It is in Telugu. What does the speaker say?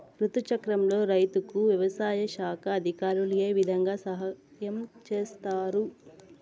రుతు చక్రంలో రైతుకు వ్యవసాయ శాఖ అధికారులు ఏ విధంగా సహాయం చేస్తారు?